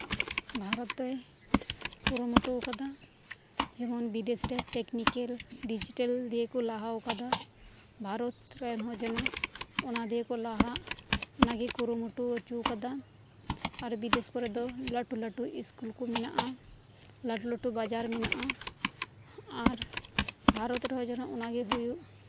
ᱵᱷᱟᱨᱚᱛ ᱫᱚᱭ ᱠᱩᱨᱩᱢᱩᱴᱩ ᱟᱠᱟᱫᱟ ᱡᱮᱢᱚᱱ ᱵᱤᱫᱮᱥ ᱨᱮ ᱰᱤᱡᱤᱴᱮᱞ ᱴᱮᱠᱱᱤᱠᱮᱞ ᱫᱤᱭᱮᱠᱚ ᱞᱟᱦᱟ ᱟᱠᱫᱟ ᱵᱷᱟᱨᱚᱛ ᱨᱮᱱ ᱦᱚ ᱡᱮᱱᱚ ᱚᱱᱟ ᱫᱤᱭᱮ ᱠᱚ ᱞᱟᱦᱟᱜ ᱚᱱᱟᱜᱮᱭ ᱠᱩᱨᱩᱢᱩᱴᱩ ᱚᱪᱚᱣᱟᱠᱟᱫᱟ ᱟᱨ ᱵᱤᱫᱮᱥ ᱠᱚᱨᱮᱫᱚ ᱞᱟᱹᱴᱩ ᱞᱟᱹᱴᱩ ᱤᱥᱠᱩᱞ ᱠᱚ ᱢᱮᱱᱟᱜ ᱟ ᱞᱟᱹᱴᱩ ᱞᱟᱹᱴᱩ ᱵᱟᱡᱟᱨ ᱢᱮᱱᱟᱜ ᱟ ᱟᱨ ᱵᱷᱟᱨᱚᱛ ᱨᱮᱦᱚᱸ ᱚᱱᱟᱜᱤ ᱦᱩᱭᱩᱜ